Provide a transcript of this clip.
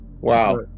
Wow